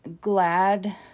glad